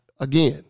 again